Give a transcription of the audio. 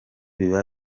biba